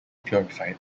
purified